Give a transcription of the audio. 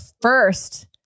first